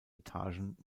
etagen